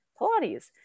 Pilates